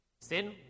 Sin